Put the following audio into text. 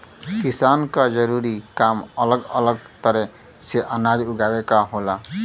किसान क जरूरी काम अलग अलग तरे से अनाज उगावे क होला